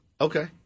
Okay